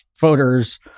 voters